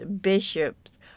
bishops